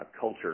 culture